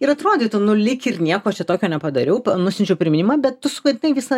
ir atrodytų nu lyg ir nieko čia tokio nepadariau nusiunčiau priminimą bet tu sugadinai visą